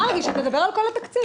מרגי, שתדבר על כל התקציב.